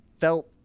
felt